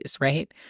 right